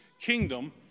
kingdom